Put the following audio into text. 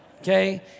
Okay